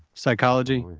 psychology,